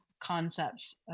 concepts